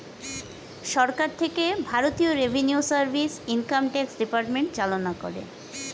সরকার থেকে ভারতীয় revenue service, income tax department চালনা করে